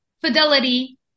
Fidelity